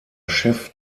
chef